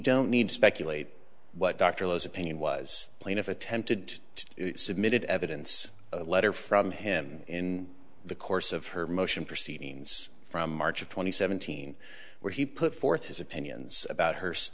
don't need to speculate what dr low's opinion was plaintiff attempted to submitted evidence a letter from him in the course of her motion proceedings from march of twenty seventeen where he put forth his opinions about her